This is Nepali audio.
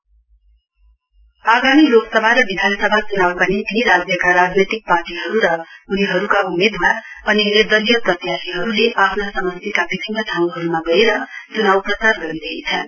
बीजेपी आगामी लोकसभा र विधानसभा च्नाउका निम्ति राज्यका राजनैतिक पार्टीहरू र उनीहरूका उम्मेद्वार अनि निर्दलीय प्रत्याशीहरूले आफ्ना समष्टिका विभिन्न ठाउँहरूमा गएर च्नाउ प्रचार गरिरहेछन्